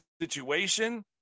situation